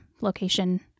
location